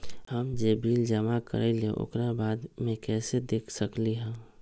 हम जे बिल जमा करईले ओकरा बाद में कैसे देख सकलि ह?